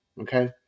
okay